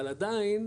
אבל עדיין,